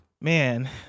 Man